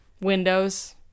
windows